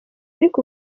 ariko